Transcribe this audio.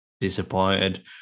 disappointed